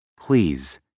Please